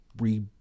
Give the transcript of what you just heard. re